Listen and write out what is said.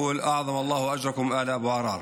(אומר בערבית: לומר את תנחומיי למשפחת אבו עראר.)